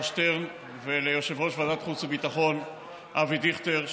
שטרן וליושב-ראש ועדת חוץ וביטחון אבי דיכטר,